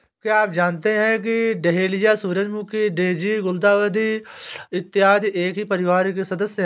क्या आप जानते हैं कि डहेलिया, सूरजमुखी, डेजी, गुलदाउदी इत्यादि एक ही परिवार के सदस्य हैं